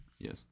Yes